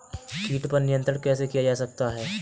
कीट पर नियंत्रण कैसे किया जा सकता है?